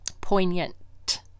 poignant